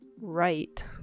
right